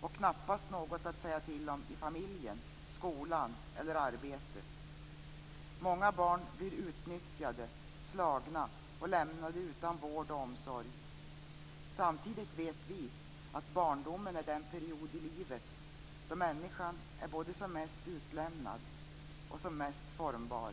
och knappast något att säga till om i familjen, skolan eller arbetet. Många barn blir utnyttjade, slagna och lämnade utan vård och omsorg. Samtidigt vet vi att barndomen är den period i livet då människan är både som mest utlämnad och som mest formbar.